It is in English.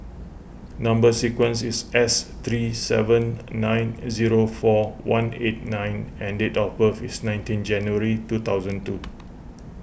Number Sequence is S three seven nine zero four one eight N and date of birth is nineteen January two thousand two